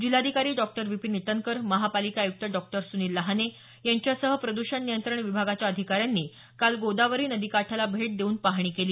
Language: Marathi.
जिल्हाधिकारी डॉ विपिन ईटनकर महापालिका आयुक्त डॉ सुनिल लहाने यांच्यासह प्रदुषण नियंत्रण विभागाच्या अधिकाऱ्यांनी काल गोदावरी नदी काठाला भेट देऊन पाहणी केली